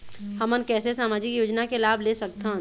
हमन कैसे सामाजिक योजना के लाभ ले सकथन?